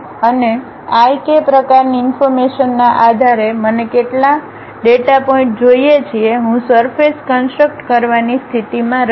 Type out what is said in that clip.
અને i k પ્રકારની ઇન્ફોર્મેશનના આધારે મને કેટલા ડેટા પોઇન્ટ જોઈએ છે હું સરફેસ કન્સટ્રક્ કરવાની સ્થિતિમાં રહીશ